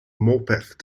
morpeth